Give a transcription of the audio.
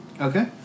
Okay